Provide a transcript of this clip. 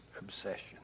obsession